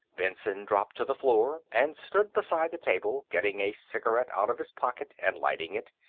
benson dropped to the floor and stood beside the table, getting a cigarette out of his pocket and lighting it.